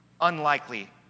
unlikely